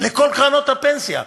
לכל קרנות הפנסיה.